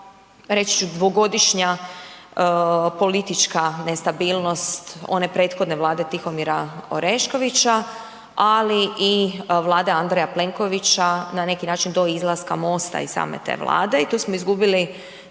reći ću dvogodišnja politička nestabilnost one prethodne Vlade Tihomira Oreškovića ali i Vlade Andreja Plenkovića na neki način do izlaska MOST-a i same te Vlade i tu smo izgubili